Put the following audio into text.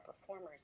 performers